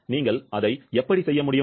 நீங்கள் அதை எப்படி செய்ய முடியும்